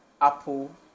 Apple